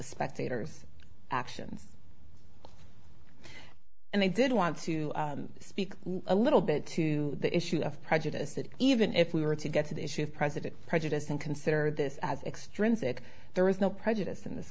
spectators actions and they did want to speak a little bit to the issue of prejudice that even if we were to get to the issue of president prejudice and consider this as extrinsic there was no prejudice in this